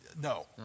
No